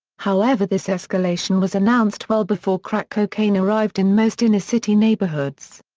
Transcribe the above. however this escalation was announced well before crack cocaine arrived in most inner city neighborhoods.